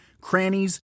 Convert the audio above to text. crannies